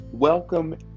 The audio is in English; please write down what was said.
Welcome